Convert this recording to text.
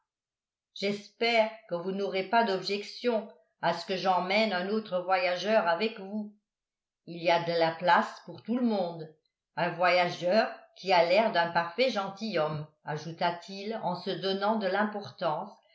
j'espère que vous n'aurez pas d'objection à ce que j'emmène un autre voyageur avec vous il y a de la place pour tout le monde un voyageur qui a l'air d'un parfait gentilhomme ajouta-t-il en se donnant de l'importance